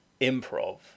improv